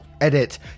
Edit